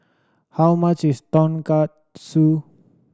how much is Tonkatsu